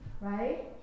right